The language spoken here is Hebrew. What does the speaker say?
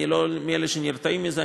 אני לא מאלה שנרתעים מזה.